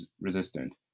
resistant